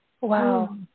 Wow